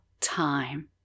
time